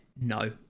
no